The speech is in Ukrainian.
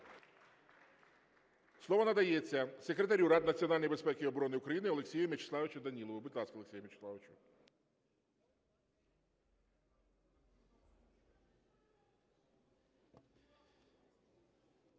Слово надається Секретарю Ради національної безпеки і оборони України Олексію Мячеславовичу Данілову. Будь ласка, Олексію Мячеславовичу.